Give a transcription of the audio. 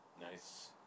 Nice